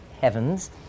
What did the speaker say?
heavens